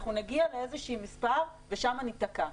אנחנו נגיע לאיזשהו מספר ושם ניתקע.